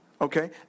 okay